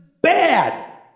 bad